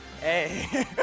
Hey